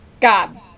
god